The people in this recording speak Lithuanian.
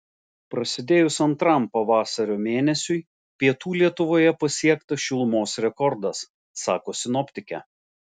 prasidėjus antram pavasario mėnesiui pietų lietuvoje pasiektas šilumos rekordas sako sinoptikė